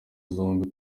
zombi